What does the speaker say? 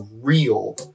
real